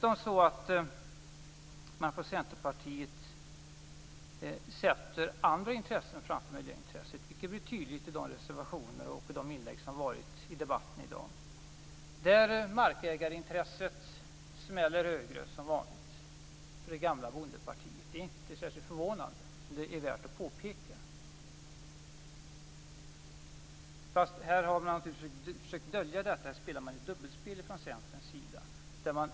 I Centerpartiet sätter man dessutom andra intressen före miljöintresset, vilket blir tydligt i de reservationer som föreligger och i de inlägg som har gjorts i debatten i dag. Markägarintresset smäller som vanligt högre för det gamla bondepartiet. Det är inte särskilt förvånande, men det är värt att påpeka. Man har försökt att dölja detta. Man spelar ett dubbelspel från Centerns sida.